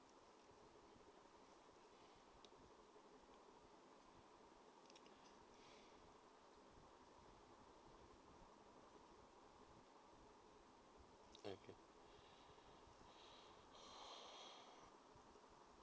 mm